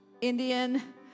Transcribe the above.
Indian